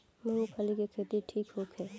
मूँगफली के खेती ठीक होखे?